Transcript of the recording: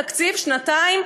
תקציב לשנתיים,